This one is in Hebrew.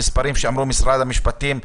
המספרים שאמרו נציגי משרד המשפטים,